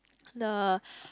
the